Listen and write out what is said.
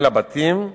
אל הבתים,